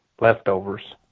leftovers